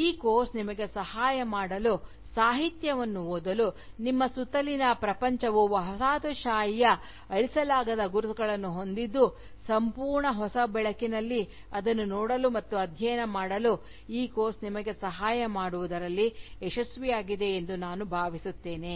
ಈ ಕೋರ್ಸ್ ನಿಮಗೆ ಸಹಾಯ ಮಾಡಲು ಸಾಹಿತ್ಯವನ್ನು ಓದಲು ನಿಮ್ಮ ಸುತ್ತಲಿನ ಪ್ರಪಂಚವು ವಸಾಹತುಶಾಹಿಯ ಅಳಿಸಲಾಗದ ಗುರುತುಗಳನ್ನು ಹೊಂದಿದ್ದು ಸಂಪೂರ್ಣ ಹೊಸ ಬೆಳಕಿನಲ್ಲಿ ಅದನ್ನು ನೋಡಲು ಮತ್ತು ಅಧ್ಯಯನ ಮಾಡಲು ಈ ಕೋರ್ಸ್ ನಿಮಗೆ ಸಹಾಯ ಮಾಡುವುದರಲ್ಲಿ ಯಶಸ್ವಿಯಾಗಿದೆ ಎಂದು ನಾನು ಭಾವಿಸುತ್ತೇನೆ